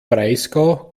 breisgau